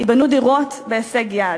ייבנו דירות בהישג יד.